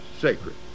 sacred